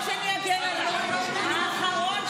עלינו כשהעיפו אותנו מהוועדה